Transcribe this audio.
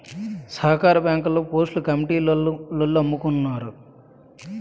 సహకార బ్యాంకుల్లో పోస్టులు కమిటీలోల్లమ్ముకున్నారు